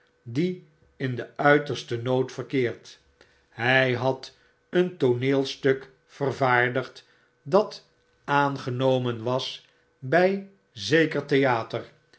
die in den uitersten nood verkeert hij had eentooneelstukvervaardigd dataangenomen was by zeker theater